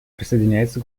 присоединяется